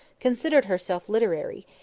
considered herself literary,